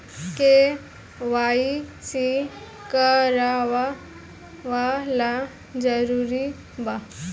KYC करवावल जरूरी बा?